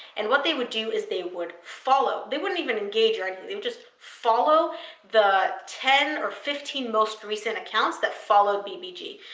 and what they would do is they would follow. they wouldn't even engage or anything. and they would just follow the ten or fifteen most recent accounts that followed bbg,